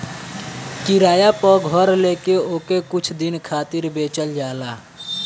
किराया पअ घर लेके ओके कुछ दिन खातिर बेचल जाला